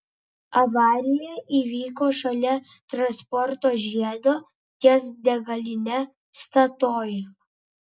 avarija įvyko šalia transporto žiedo ties degaline statoil